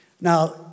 Now